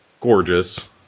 Gorgeous